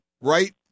right